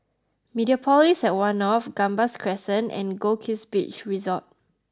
Mediapolis at One North Gambas Crescent and Goldkist Beach Resort